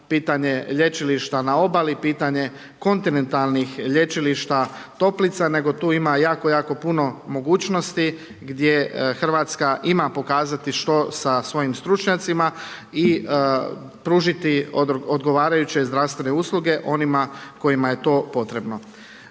pitanje lječilišta na obali, pitanje kontinentalnih lječilišta toplica, nego tu ima jako, jako puno mogućnosti gdje Hrvatska ima pokazati što sa svojim stručnjacima i pružiti odgovarajuće zdravstvene usluge onima kojima je to potrebno.